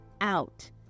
out